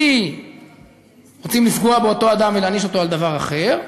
כי רוצים לפגוע באותו אדם ולהעניש אותו על דבר אחר,